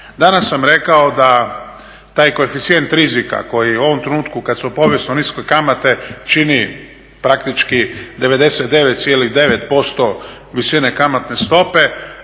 Danas sam rekao da taj koeficijent rizika koji u ovom trenutku kad … kamate čini praktički 99,9% visine kamatne stope